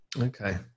Okay